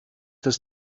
das